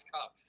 Cup